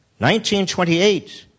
1928